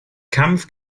kampf